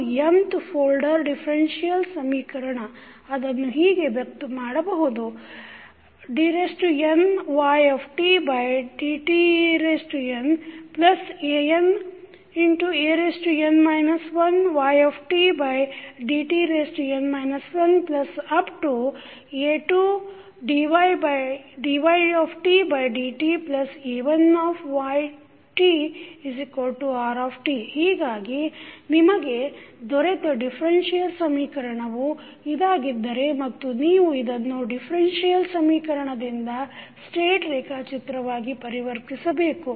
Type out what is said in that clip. ಅದು nth order differential ಸಮೀಕರಣ ಅದನ್ನು ಹೀಗೆ ವ್ಯಕ್ತ ಮಾಡಬಹುದು dnydtnandn 1ydtn 1a2dytdta1ytrt ಹೀಗಾಗಿ ನಿಮಗೆ ದೊರೆತ ಡಿಫರೆನ್ಷಿಯಲ್ ಸಮೀಕರಣವು ಇದಾಗಿದ್ದರೆ ಮತ್ತು ನೀವು ಇದನ್ನು ಡಿಫರೆನ್ಷಿಯಲ್ ಸಮೀಕರಣದಿಂದ ಸ್ಟೇಟ್ ರೇಖಾಚಿತ್ರ ವಾಗಿ ಪರಿವರ್ತಿಸಬೇಕು